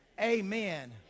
amen